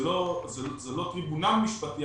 זה לא טריבונל משפטי,